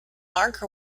mark